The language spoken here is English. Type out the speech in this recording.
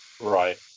Right